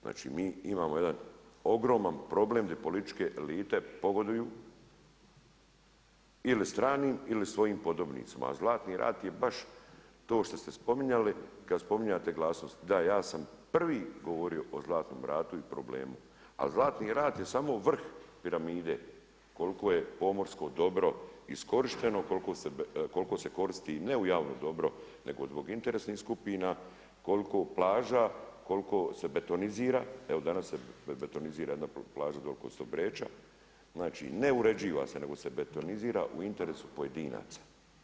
Znači mi imamo jedan ogroman problem di političke elite pogoduju ili stranim ili svojim podobnicima, a Zlatni rat je baš to što ste spominjali, kad spominjete glasnost, da ja sam prvi govorio o Zlatnom ratu i problemu, a Zlatni rat je samo vrh piramide koliko je pomorsko dobro iskorišteno, koliko se koristi ne u javno dobro, nego zbog interesnih skupina, koliko plaža, koliko se betonizira, evo danas se betonizira jedna plaža dole kod Stobreča, ne uređiva se nego se betonizira u interesu pojedinaca.